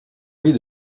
vie